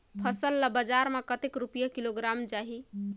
फसल ला बजार मां कतेक रुपिया किलोग्राम जाही?